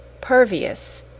pervious